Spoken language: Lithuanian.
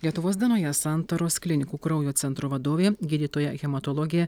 lietuvos dienoje santaros klinikų kraujo centro vadovė gydytoja hematologė